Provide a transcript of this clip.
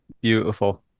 Beautiful